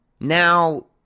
now